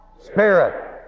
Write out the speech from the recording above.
Spirit